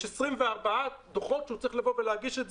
יש 24 דו"חות שהוא צריך להגיש,